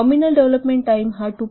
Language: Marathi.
नॉमिनल डेव्हलपमेंट टाईम हा 2